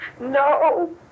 no